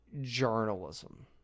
journalism